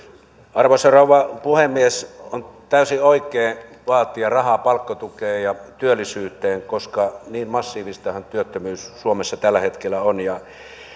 arvoisa rouva puhemies on täysin oikein vaatia rahaa palkkatukeen ja työllisyyteen koska niin massiivistahan työttömyys suomessa tällä hetkellä on